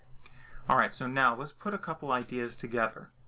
all right. so now, let's put a couple ideas together.